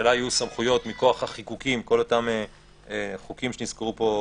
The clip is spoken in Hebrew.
שלממשלה יהיו סמכויות מכוח כל אותם חוקים שנזכרו פה,